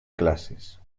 classes